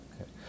Okay